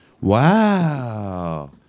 Wow